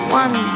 one